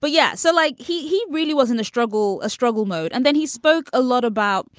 but yeah. so, like, he he really wasn't a struggle, a struggle mode. and then he spoke a lot about